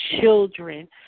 children